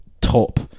top